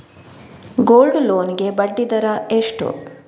Gold loan ಗೆ ಬಡ್ಡಿ ದರ ಎಷ್ಟು?